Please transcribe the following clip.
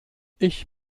ich